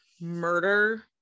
murder